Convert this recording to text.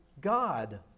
God